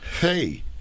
Hey